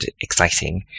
exciting